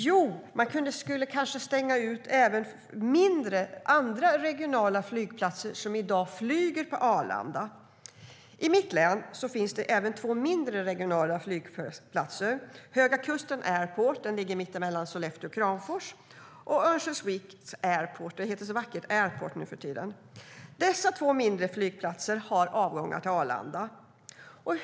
Jo, man skulle kanske stänga ute andra mindre regionala flygplatser som i dag flyger på Arlanda.I mitt län finns det även två mindre regionala flygplatser, Höga Kusten Airport, som ligger mittemellan Sollefteå och Kramfors, och Örnsköldsvik Airport - det heter så vackert Airport nuförtiden. Dessa två mindre flygplatser har avgångar till avgångar.